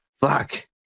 Fuck